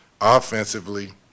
Offensively